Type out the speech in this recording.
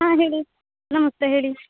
ಹಾಂ ಹೇಳಿ ನಮಸ್ತೆ ಹೇಳಿ